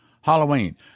Halloween